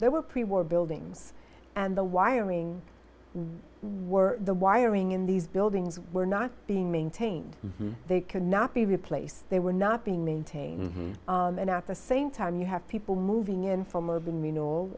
there were pre war buildings and the wiring where were the wiring in these buildings were not being maintained they cannot be replaced they were not being maintained and at the same time you have people moving in from moving you know